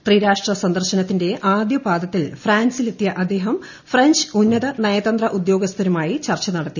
ത്രിരാഷ്ട്ര സന്ദർശനത്തിന്റെ ആദൃ പാദത്തിൽ ഫ്രാൻസിലെത്തിയ അദ്ദേഹം ഫ്രഞ്ച് ഉന്നത നയതന്ത്ര ഉദ്യോഗസ്ഥരുമായി ചർച്ച നടത്തി